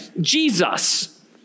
Jesus